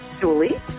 Julie